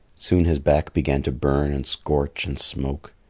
soon his back began to burn and scorch and smoke.